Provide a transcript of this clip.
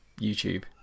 YouTube